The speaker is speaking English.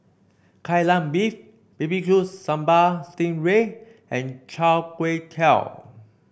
Kai Lan Beef B B Q Sambal Sting Ray and chai kway tow